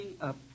up